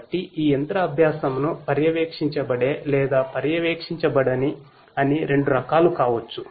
కాబట్టి ఈ యంత్ర అభ్యాసంను పర్యవేక్షించబడే లేదా పర్యవేక్షించబడని అని రెండు రకాలు కావచ్చు